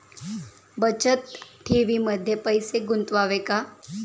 बचत ठेवीमध्ये पैसे गुंतवावे का?